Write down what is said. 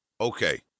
Okay